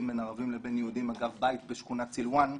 בין ערבים לבין יהודים אגב בית בשכונת סילוואן,